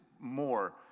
more